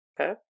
Okay